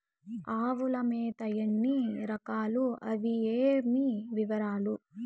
ఆవుల మేత ఎన్ని రకాలు? అవి ఏవి? వివరాలు?